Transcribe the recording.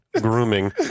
grooming